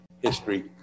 history